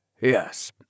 yes